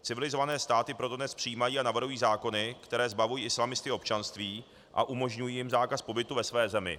Civilizované státy proto dnes přijímají a navrhují zákony, které zbavují islamisty občanství a umožňují jim zákaz pobytu ve své zemi.